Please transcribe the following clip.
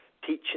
teaching